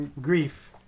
Grief